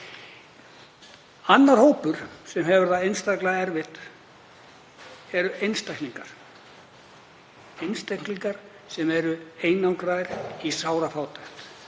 Annar hópur sem hefur það einstaklega erfitt eru einstaklingar sem eru einangraðir í sárafátækt,